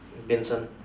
vincent